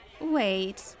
Wait